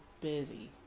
busy